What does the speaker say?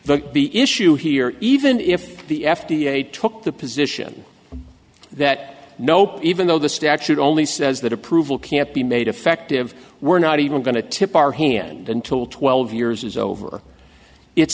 but the issue here even if the f d a took the position that nope even though the statute only says that approval can't be made effective we're not even going to tip our hand until twelve years is over it